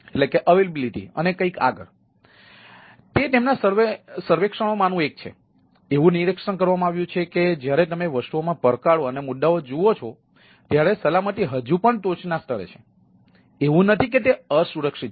તેથી તે તેમના સર્વેક્ષણોમાંનું એક છે એવું નિરીક્ષણ કરવામાં આવ્યું છે કે જ્યારે તમે વસ્તુઓમાં પડકારો અને મુદ્દાઓ જુઓ છો ત્યારે સલામતી હજી પણ ટોચના સ્તરે છે એવું નથી કે તે અસુરક્ષિત છે